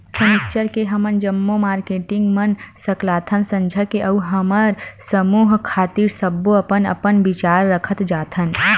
सनिच्चर के हमन जम्मो मारकेटिंग मन सकलाथन संझा के अउ हमर समूह खातिर सब्बो अपन अपन बिचार रखत जाथन